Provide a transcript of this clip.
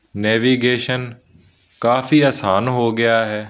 navigation ਕਾਫੀ ਆਸਾਨ ਹੋ ਗਿਆ ਹੈ